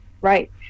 right